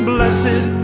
Blessed